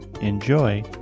Enjoy